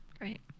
right